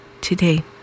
today